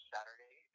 Saturday